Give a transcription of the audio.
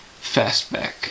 Fastback